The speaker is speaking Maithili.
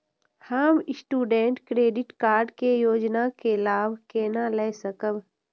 हम स्टूडेंट क्रेडिट कार्ड के योजना के लाभ केना लय सकब?